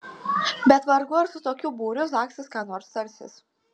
bet vargu ar su tokiu būriu zaksas ką nors tarsis